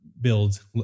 build